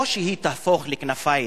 או שהיא תהפוך לכנפיים